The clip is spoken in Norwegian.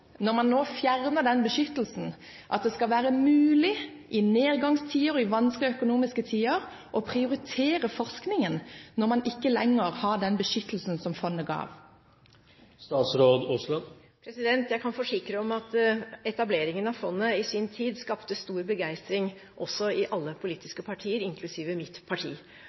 at det skal være mulig i nedgangstider, i vanskelige økonomiske tider, å prioritere forskningen når man ikke lenger har den beskyttelsen som fondet ga? Jeg kan forsikre om at etableringen av fondet i sin tid skapte stor begeistring også i alle politiske partier, inklusiv mitt parti.